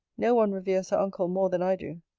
no one reveres her uncle more than i do.